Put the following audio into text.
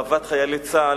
באהבת חיילי צה"ל,